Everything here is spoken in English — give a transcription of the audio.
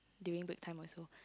during break time also